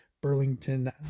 Burlington